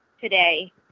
today